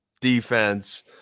defense